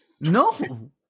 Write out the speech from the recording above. No